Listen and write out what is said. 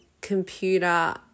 computer